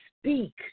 speak